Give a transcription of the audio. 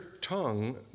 tongue